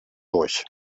durch